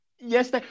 Yes